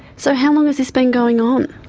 so how long has this been going on?